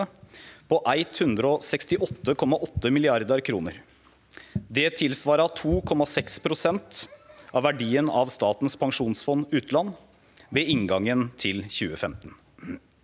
på 168,8 mrd. kr. Det tilsvarer 2,6 pst. av verdien av Statens pensjonsfond utland ved inngangen til 2015.